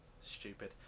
Stupid